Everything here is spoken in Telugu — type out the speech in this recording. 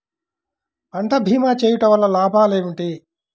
పంట భీమా చేయుటవల్ల లాభాలు ఏమిటి?